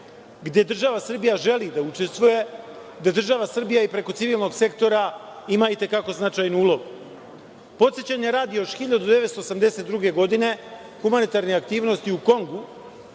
gde država Srbija želi da učestvuje, gde država Srbija i preko civilnog sektora ima i te kako značajnu ulogu. Podsećanja radi, još 1982. godine humanitarne aktivnosti u Kongu